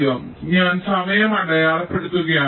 അതിനാൽ ഞാൻ സമയം അടയാളപ്പെടുത്തുകയാണ്